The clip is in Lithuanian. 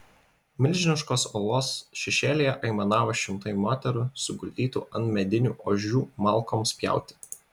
milžiniškos uolos šešėlyje aimanavo šimtai moterų suguldytų ant medinių ožių malkoms pjauti